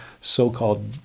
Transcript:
so-called